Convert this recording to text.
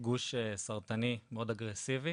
גוש סרטני מאד אגרסיבי